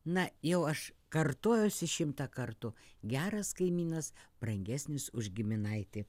na jau aš kartojuosi šimtą kartų geras kaimynas brangesnis už giminaitį